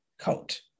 coat